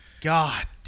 god